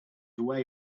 away